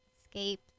escape